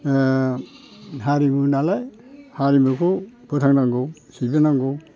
हारिमुनालाय हारिमुखौ फोथां नांगौ सिबिनांगौ